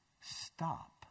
stop